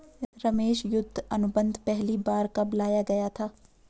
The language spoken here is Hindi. रमेश युद्ध अनुबंध पहली बार कब लाया गया था?